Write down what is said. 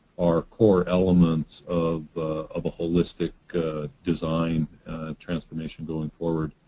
are core elements of of a holistic design transformation going forward.